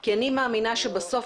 כי אני מאמינה שבסוף,